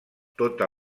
tota